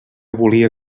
volia